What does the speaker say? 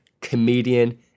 comedian